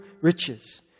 riches